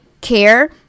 care